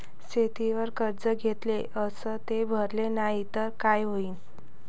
शेतीवर कर्ज घेतले अस ते भरले नाही तर काय होईन?